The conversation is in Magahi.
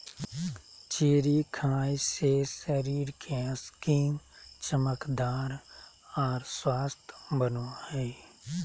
चेरी खाय से शरीर के स्किन चमकदार आर स्वस्थ बनो हय